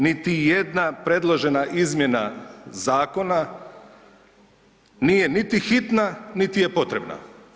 Niti jedna predložena izmjena zakona nije niti hitna, niti je potrebna.